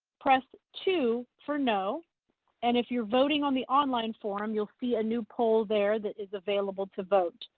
press two for no and if you're voting on the online forum, you'll see a new poll there that is available to vote.